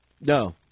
No